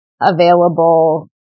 available